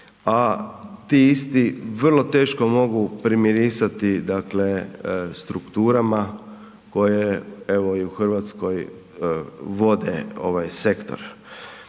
a ti isti vrlo teško mogu primirisati dakle strukturama koje evo i u Hrvatskoj vode ovaj sektor.